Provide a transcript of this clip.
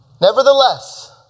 Nevertheless